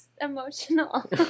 emotional